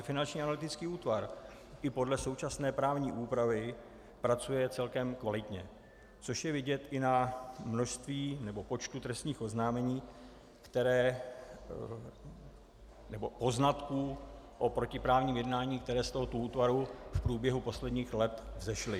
Finanční analytický útvar i podle současné právní úpravy pracuje celkem kvalitně, což je vidět i na množství nebo počtu trestních oznámení, která nebo poznatků o protiprávním jednání, které z tohoto útvaru v průběhu posledních let vzešly.